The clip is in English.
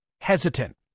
hesitant